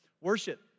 Worship